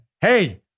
hey